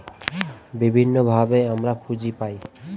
বিভিন্নভাবে আমরা পুঁজি পায়